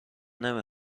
نمی